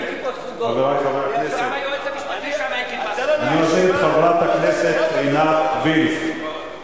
אני מזמין את חברת הכנסת עינת וילף.